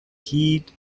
heed